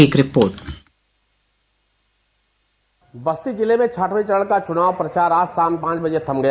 एक रिपोर्ट बस्ती जिले में छठवें चरण का चुनाव प्रचार आज शाम पांच बजे थम गया